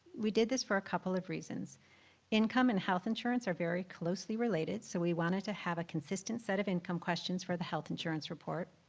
we did this for a couple of reasons income and health insurance are very closely related so we wanted to have a consistent set of income questions for the health insurance report.